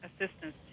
assistance